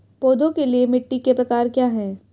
पौधों के लिए मिट्टी के प्रकार क्या हैं?